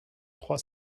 trois